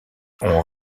ont